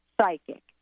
psychic